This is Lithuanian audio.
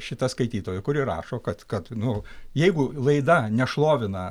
šita skaitytoja kuri rašo kad kad nu jeigu laida nešlovina